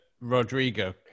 Rodrigo